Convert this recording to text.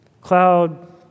cloud